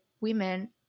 women